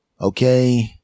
Okay